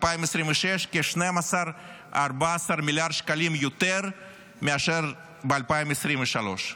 2026, כ-12 14מיליארד שקלים יותר מאשר ב-2023.